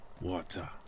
water